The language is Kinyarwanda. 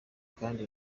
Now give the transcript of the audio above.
kandi